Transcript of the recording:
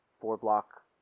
four-block